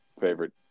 favorite